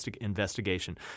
investigation